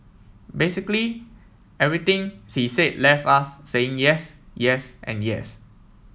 basically everything she said left us saying yes yes and yes